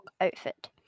outfit